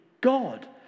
God